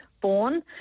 born